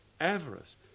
Avarice